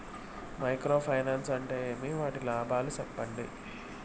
Micro finance అంటే ఏమి? వాటి లాభాలు సెప్పండి?